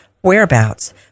whereabouts